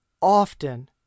often